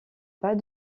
pas